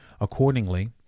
Accordingly